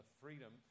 freedom